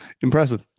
impressive